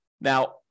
Now